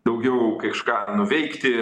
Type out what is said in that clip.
daugiau kaižką nuveikti